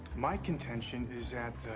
my contention is